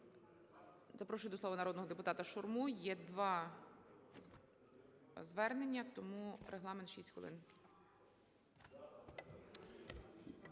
Дякую.